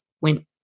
went